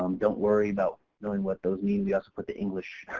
um don't worry about knowing what those mean we also put the english,